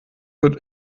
wird